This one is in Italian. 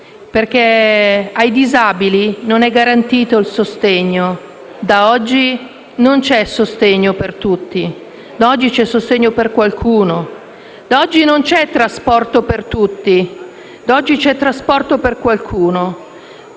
perché ai disabili non è garantito il sostegno. Da oggi non c'è sostegno per tutti, da oggi c'è sostegno per qualcuno. Da oggi non c'è trasporto per tutti, da oggi c'è trasporto per qualcuno.